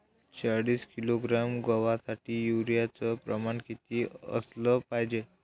चाळीस किलोग्रॅम गवासाठी यूरिया च प्रमान किती असलं पायजे?